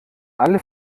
alle